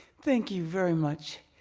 thank you very much.